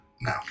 No